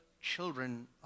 children